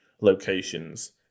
locations